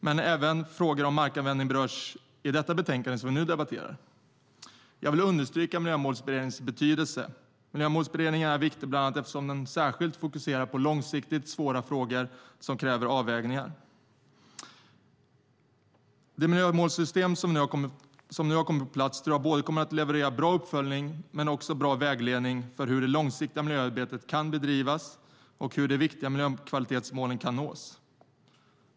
Men även frågor om markanvändning berörs i det betänkande som vi nu debatterar. Jag vill understryka Miljömålsberedningens stora betydelse. Miljömålsberedningen är viktig bland annat eftersom den särskilt fokuserar på långsiktigt svåra frågor som kräver avvägningar. Det miljömålssystem som nu har kommit på plats tror jag kommer att leverera både bra uppföljning och bra vägledning för hur det långsiktiga miljöarbetet kan bedrivas och hur de viktiga miljökvalitetsmålen kan nås.